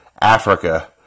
Africa